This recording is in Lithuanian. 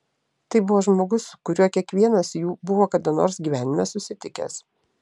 tai buvo žmogus su kuriuo kiekvienas jų buvo kada nors gyvenime susitikęs